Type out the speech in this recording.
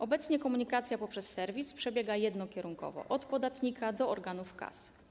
Obecnie komunikacja poprzez serwis przebiega jednokierunkowo, od podatnika do organów KAS.